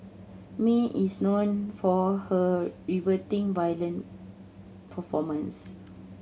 Mae is known for her riveting violin performances